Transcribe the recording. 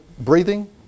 breathing